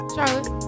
Charlotte